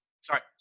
Sorry